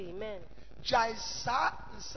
Amen